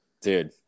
Dude